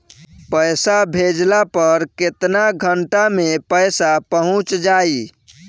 पैसा भेजला पर केतना घंटा मे पैसा चहुंप जाई?